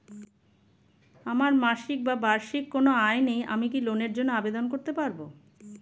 আমার মাসিক বা বার্ষিক কোন আয় নেই আমি কি লোনের জন্য আবেদন করতে পারব?